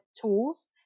tools